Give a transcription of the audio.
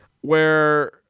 where-